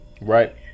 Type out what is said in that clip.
Right